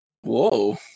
Whoa